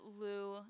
Lou